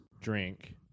drink